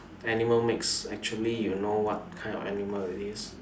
animal makes actually you know what kind of animal it is